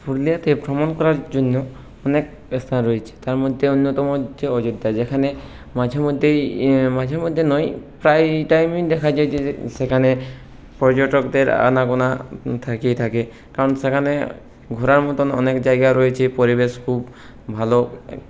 পুরুলিয়াতে ভ্রমণ করার জন্য অনেক ব্যবস্থা রয়েছে তার মধ্যে অন্যতম হচ্ছে অযোধ্যা যেখানে মাঝেমধ্যেই মাঝেমধ্যে নয় প্রায় টাইমেই দেখা যায় যে সেখানে পর্যটকদের আনাগোনা থেকেই থাকে কারণ সেখানে ঘোরার মতো অনেক জায়গা রয়েছে পরিবেশ খুব ভালো